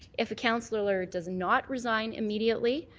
if a councillor does not resign immediately,